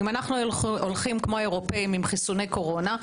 אם היינו הולכים כומ האירופאים עם חיסוני קורונה,